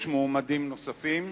יש מועמדים נוספים?